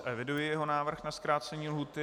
Eviduji jeho návrh na zkrácení lhůty.